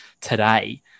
today